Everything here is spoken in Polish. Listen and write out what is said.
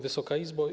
Wysoka Izbo!